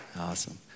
Awesome